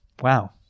wow